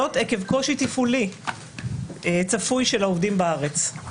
זאת עקב קושי תפעולי צפוי של העובדים בארץ.